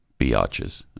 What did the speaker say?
biatches